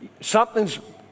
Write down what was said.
Something's